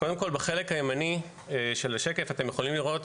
קודם כל בחלק הימני של השקף אתם יכולים לראות,